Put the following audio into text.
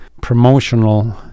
promotional